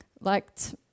liked